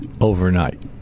overnight